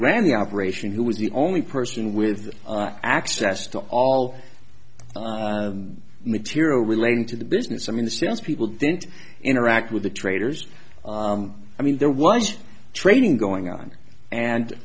ran the operation who was the only person with access to all material relating to the business i mean the sales people didn't interact with the traders i mean there was trading going on and